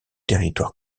territoire